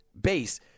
base